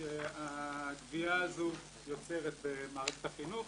שהגביה הזו יוצרת במערכת החינוך.